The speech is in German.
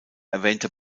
erwähnte